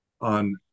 on